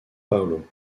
paolo